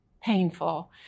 painful